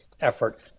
effort